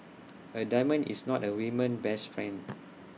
A diamond is not A women's best friend